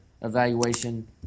evaluation